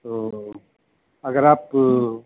تو اگر آپ